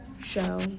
show